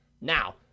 Now